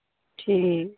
ठीक